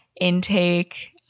intake